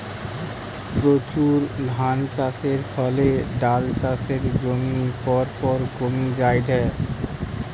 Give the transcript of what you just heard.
প্রচুর ধানচাষের ফলে ডাল চাষের জমি পরপর কমি জায়ঠে